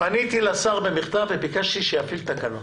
פניתי לשר במכתב וביקשתי שיפעיל תקנות.